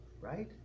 right